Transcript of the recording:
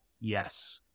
yes